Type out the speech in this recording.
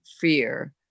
fear